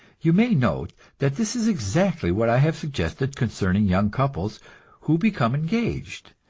you may note that this is exactly what i have suggested concerning young couples who become engaged.